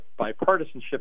bipartisanship